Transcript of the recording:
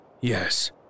Yes